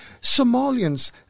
Somalians